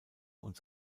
und